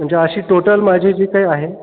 म्हणजे अशी टोटल माझी जी काही आहे